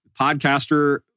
podcaster-